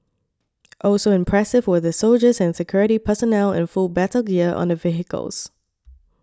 also impressive were the soldiers and security personnel in full battle gear on the vehicles